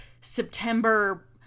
September